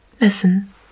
Listen